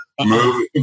Move